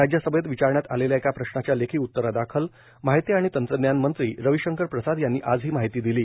राज्यसभैत विचारण्यात आलेल्या एका प्रश्नाच्या लेखी उत्तरादाखल माहिती आणि तंत्रज्ञान मंत्री रविशंकर प्रसाद यांनी आज ही माहिती दिली